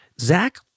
Zach